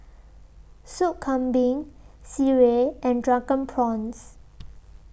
Soup Kambing Sireh and Drunken Prawns